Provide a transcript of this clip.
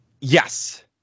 yes